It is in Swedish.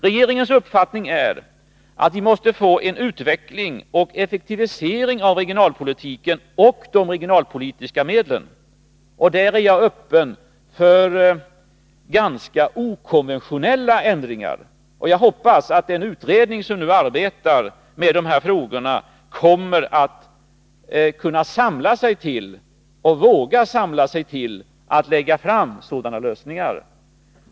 Regeringens uppfattning är att vi måste få en utveckling och effektivisering av regionalpolitiken och de regionalpolitiska medlen. Där är jag öppen för ganska okonventionella ändringar, och jag hoppas att den utredning som nu arbetar med dessa frågor kommer att våga samla sig till att lägga fram förslag till sådana lösningar.